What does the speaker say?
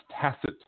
tacit